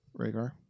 Rhaegar